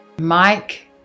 mike